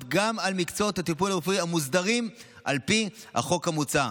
גם על מקצועות הטיפול הרפואי המוסדרים על פי החוק המוצע.